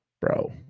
Bro